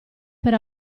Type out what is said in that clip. per